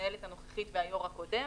המנהלת הנוכחית והיו"ר הקודם,